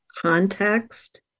context